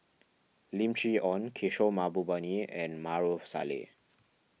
Lim Chee Onn Kishore Mahbubani and Maarof Salleh